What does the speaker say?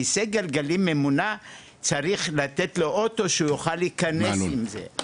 כיסא גלגלים ממונע צריך לתת לו אוטו שהוא ייכנס לזה,